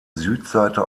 südseite